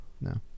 no